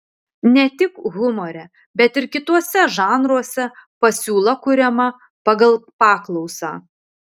ne tik humore bet ir kituose žanruose pasiūla kuriama pagal paklausą